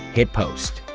hit post.